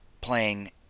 playing